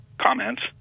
comments